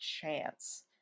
chance